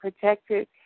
protected